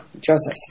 Joseph